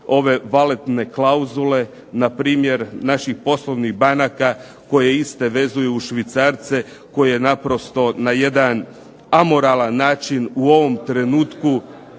ove baletne klauzule npr. naših poslovnih banaka koje iste vezuju uz Švicarce koje naprosto na jedan amoralan način u ovom trenutku…